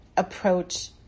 approach